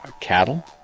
cattle